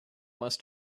must